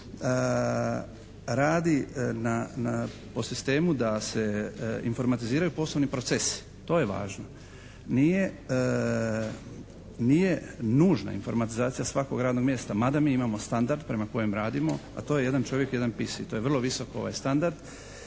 radi po sistemu da se informatiziraju poslovni procesi. To je važno. Nije nužna informatizacija svakog radnog mjesta mada mi imamo standard prema kojem radimo a to je jedan čovjek, jedan PS-i. To je vrlo visok standard